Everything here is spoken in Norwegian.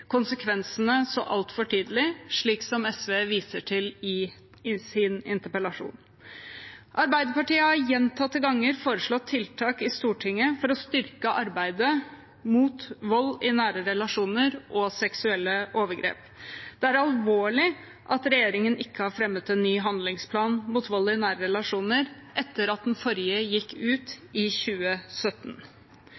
konsekvensene så altfor tydelig, slik som SV viser til i sin interpellasjon. Arbeiderpartiet har gjentatte ganger foreslått tiltak i Stortinget for å styrke arbeidet mot vold i nære relasjoner og seksuelle overgrep. Det er alvorlig at regjeringen ikke har fremmet en ny handlingsplan mot vold i nære relasjoner etter at den forrige gikk ut